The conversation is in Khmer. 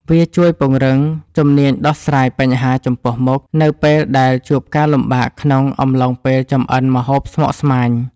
វាជួយពង្រឹងជំនាញដោះស្រាយបញ្ហាចំពោះមុខ នៅពេលដែលជួបការលំបាកក្នុងអំឡុងពេលចម្អិនម្ហូបស្មុគស្មាញ។